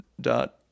dot